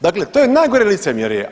Dakle, to je najgore licemjerje.